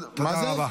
תודה רבה.